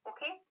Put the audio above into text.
Okay